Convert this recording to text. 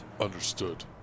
Understood